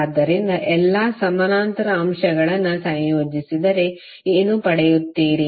ಆದ್ದರಿಂದ ಎಲ್ಲಾ ಸಮಾನಾಂತರ ಅಂಶಗಳನ್ನು ಸಂಯೋಜಿಸಿದರೆ ಏನು ಪಡೆಯುತ್ತೀರಿ